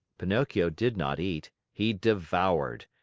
pinocchio did not eat he devoured.